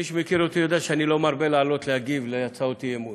מי שמכיר אותי יודע שאני לא מרבה לעלות ולהגיב על הצעות אי-אמון,